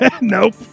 Nope